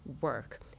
work